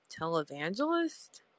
televangelist